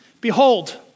behold